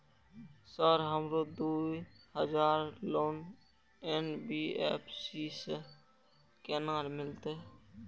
Sir हमरो दूय हजार लोन एन.बी.एफ.सी से केना मिलते?